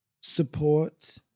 support